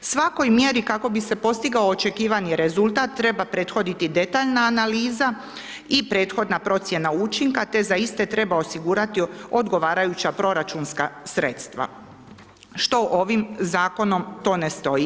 Svakoj mjeri kako bi se postigao očekivani rezultat, treba prethoditi detaljna analiza i prethodna procjena učinka, te za iste treba osigurati odgovarajuća proračunska sredstva, što ovim zakonom to ne stoji.